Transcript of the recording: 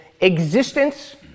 existence